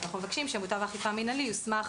אנחנו מבקשים שמוטב האכיפה המינהלי יוסמך